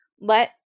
let